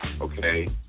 Okay